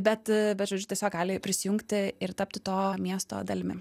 bet bet žodžiu tiesiog gali prisijungti ir tapti to miesto dalimi